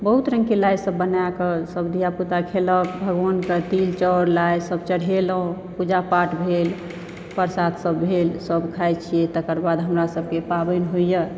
बहुत रंग के लाइ सब बनाके सब धियापुता खेलक भगवान के तिल चाउर लाइ सब चढ़ेलहुॅं पूजा पाठ भेल प्रसाद सब भेल सब खाइ छियै तकरबाद हमरासभके पावनि होइया